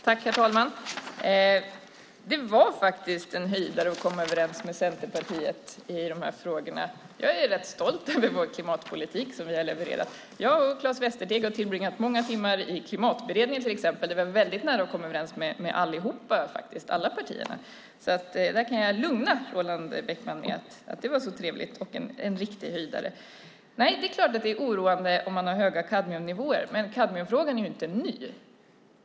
Herr talman! Det var faktiskt en höjdare att komma överens med Centerpartiet i de här frågorna. Jag är rätt stolt över den klimatpolitik som vi har levererat. Jag och Claes Västerteg har tillbringat många timmar i Klimatberedningen, där vi var väldigt nära att komma överens med alla partier. Jag kan lugna Roland Bäckman. Det var så trevligt, en riktig höjdare. Det är klart att det är oroande om man har höga kadmiumnivåer. Men kadmiumfrågan är inte ny.